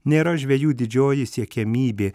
nėra žvejų didžioji siekiamybė